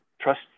trust